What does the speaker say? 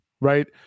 right